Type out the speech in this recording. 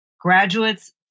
Graduates